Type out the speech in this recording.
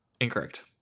Incorrect